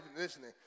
listening